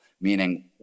meaning